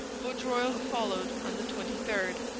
vaudreuil followed on the twenty third.